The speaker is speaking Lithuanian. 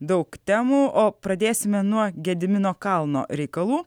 daug temų o pradėsime nuo gedimino kalno reikalų